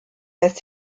lässt